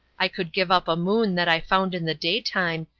i could give up a moon that i found in the daytime,